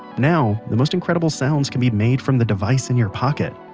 now, the most incredible sounds can be made from the device in your pocket.